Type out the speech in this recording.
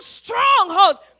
strongholds